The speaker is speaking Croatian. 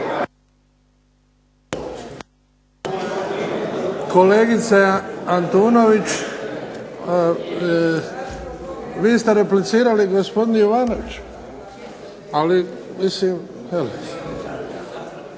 Kolegica Antunović, vi ste replicirali gospodinu Jovanoviću, ali mislim. Tek